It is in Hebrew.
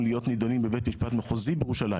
להיות נדונים בבית משפט מחוזי בירושלים